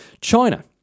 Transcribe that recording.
China